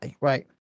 right